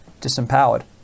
disempowered